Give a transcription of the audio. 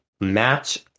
match